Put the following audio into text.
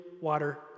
water